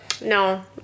No